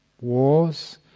wars